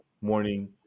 morning